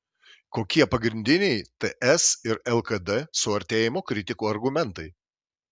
kokie pagrindiniai ts ir lkd suartėjimo kritikų argumentai